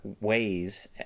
ways